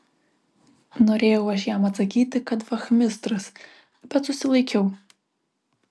norėjau aš jam atsakyti kad vachmistras bet susilaikiau